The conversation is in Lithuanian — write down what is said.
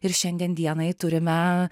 ir šiandien dienai turime